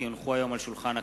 כי הונחו היום על שולחן הכנסת,